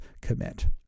commit